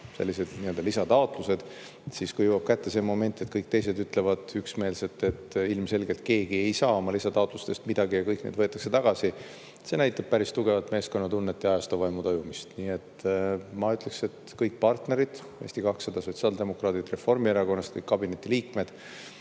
oma lisataotlusi, aga kui jõuab kätte see moment, et kõik teised ütlevad üksmeelselt, et ilmselgelt keegi ei saa oma lisataotlustest midagi, ja kõik need võetakse tagasi, siis see näitab päris tugevat meeskonnatunnet ja ajastu vaimu tajumist. Seega ma ütleksin, et kõik koalitsioonipartnerid: Eesti 200, sotsiaaldemokraadid, Reformierakond; kõik kabinetiliikmed,